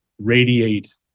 radiate